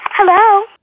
Hello